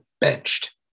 benched